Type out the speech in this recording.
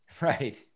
Right